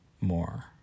more